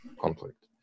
conflict